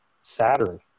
Saturn